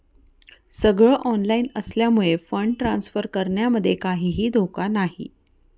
सगळ ऑनलाइन असल्यामुळे fund transfer करण्यामध्ये काहीही धोका नाही